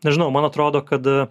nežinau man atrodo kad